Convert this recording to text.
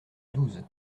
douze